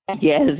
Yes